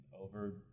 over